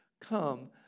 Come